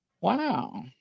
Wow